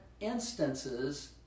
instances